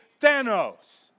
Thanos